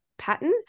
pattern